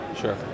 Sure